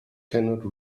cannot